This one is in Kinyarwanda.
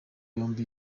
yombi